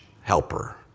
Helper